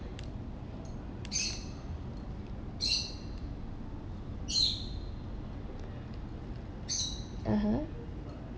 (uh huh)